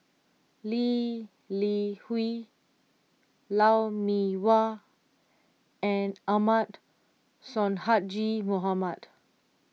Lee Li Hui Lou Mee Wah and Ahmad Sonhadji Mohamad